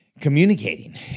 communicating